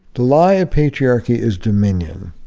the lie of patriarchy is dominion.